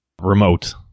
remote